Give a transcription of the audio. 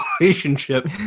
relationship